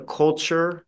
culture